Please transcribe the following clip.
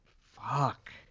Fuck